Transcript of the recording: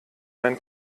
ein